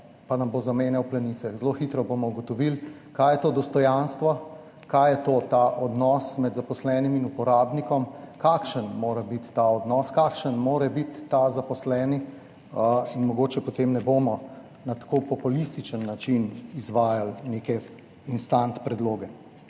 pa nam bo zamenjal plenice. Zelo hitro bomo ugotovili, kaj je to dostojanstvo, kaj je ta odnos med zaposlenim in uporabnikom, kakšen mora biti ta odnos, kakšen mora biti ta zaposleni in mogoče potem ne bomo na tako populističen način izvajali nekih instant predlog.